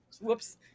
whoops